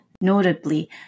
notably